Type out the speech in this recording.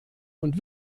und